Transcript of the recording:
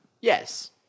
Yes